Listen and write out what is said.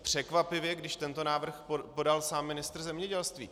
Překvapivě, když tento návrh podal sám ministr zemědělství.